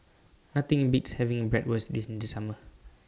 Nothing Beats having Bratwurst in The Summer